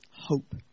Hope